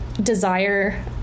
desire